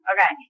Okay